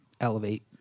elevate